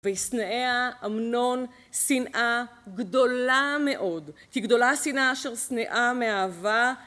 וישנאה אמנון, שנאה גדולה מאוד, כי גדולה השנאה אשר שנאה מאהבה